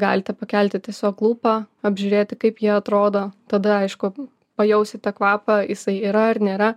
galite pakelti tiesiog lūpą apžiūrėti kaip jie atrodo tada aišku pajausite kvapą jisai yra ar nėra